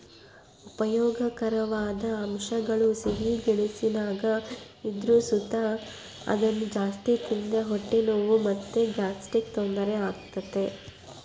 ಉಪಯೋಗಕಾರವಾದ ಅಂಶಗುಳು ಸಿಹಿ ಗೆಣಸಿನಾಗ ಇದ್ರು ಸುತ ಅದುನ್ನ ಜಾಸ್ತಿ ತಿಂದ್ರ ಹೊಟ್ಟೆ ನೋವು ಮತ್ತೆ ಗ್ಯಾಸ್ಟ್ರಿಕ್ ತೊಂದರೆ ಆಗ್ತತೆ